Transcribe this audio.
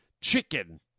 chicken